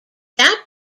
that